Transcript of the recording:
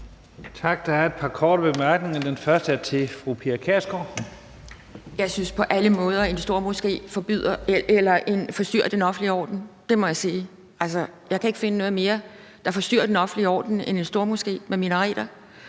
Jeg synes på alle måder, at en stormoské forstyrrer den offentlige orden; det må jeg sige. Altså, jeg kan ikke finde noget, der forstyrrer den offentlige orden mere end en stormoské med minareter.